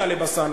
טלב אלסאנע.